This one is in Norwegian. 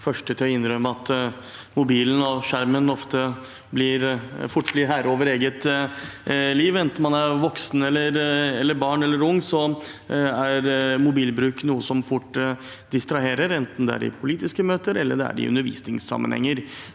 første til å innrømme at mobilen og skjermen ofte fort blir herre over eget liv. Enten man er voksen, barn eller ung, er mobilbruk noe som fort distraherer, enten det er i politiske møter eller i undervisningssammenhenger.